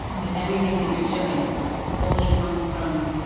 but everything that you're doing only comes from.